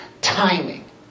timing